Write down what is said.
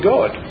God